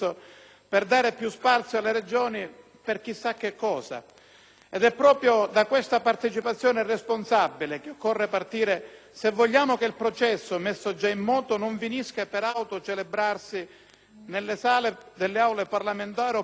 per quale motivo. Èproprio da questa partecipazione responsabile che occorre partire se si vuole che il processo giàmesso in moto non finisca per autocelebrarsi nelle sale delle Aule parlamentari o, peggio ancora, in quelle accademiche.